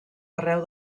arreu